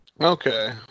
Okay